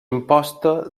imposta